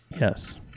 Yes